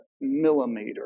millimeter